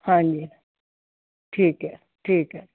ਹਾਂਜੀ ਠੀਕ ਹੈ ਠੀਕ ਹੈ